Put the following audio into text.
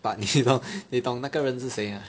but 你懂你懂那个人是谁 mah